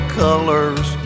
colors